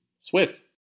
Swiss